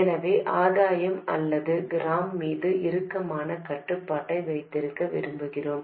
எனவே ஆதாயம் அல்லது கிராம் மீது இறுக்கமான கட்டுப்பாட்டை வைத்திருக்க விரும்புகிறோம்